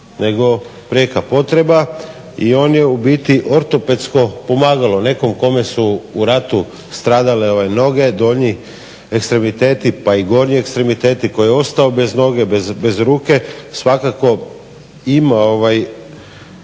nego prijeka potreba i on je ubiti ortopedsko pomagalo. Nekom kome su u ratu stradale noge, daljnji ekstremiteti pa i gornji ekstremiteti, koji je ostao bez noge, bez ruke svakako ima